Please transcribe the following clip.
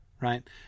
right